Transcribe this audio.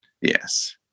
Yes